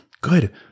Good